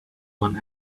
one